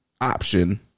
Option